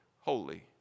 holy